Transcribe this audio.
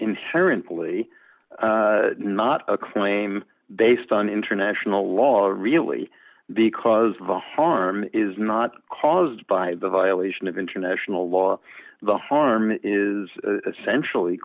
inherently not a claim they stone international law really because the harm is not caused by the violation of international law the harm is essentially